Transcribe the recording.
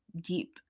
deep